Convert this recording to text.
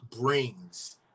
brings